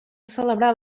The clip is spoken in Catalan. celebrar